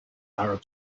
arab